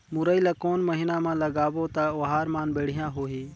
मुरई ला कोन महीना मा लगाबो ता ओहार मान बेडिया होही?